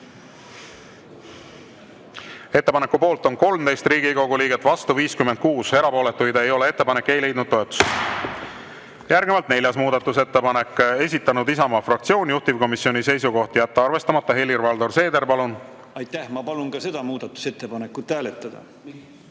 Ettepaneku poolt on 13 Riigikogu liiget, vastu 56, erapooletuid ei ole. Ettepanek ei leidnud toetust. Järgnevalt neljas muudatusettepanek, esitanud Isamaa fraktsioon, juhtivkomisjoni seisukoht: jätta arvestamata. Helir-Valdor Seeder, palun! Aitäh! Ma palun ka seda muudatusettepanekut hääletada.